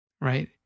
right